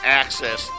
access